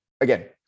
again